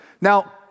Now